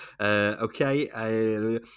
Okay